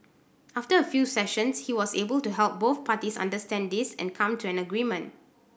after a few sessions he was able to help both parties understand this and come to an agreement